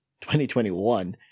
2021